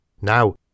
Now